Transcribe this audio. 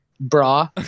bra